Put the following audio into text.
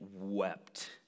wept